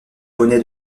poney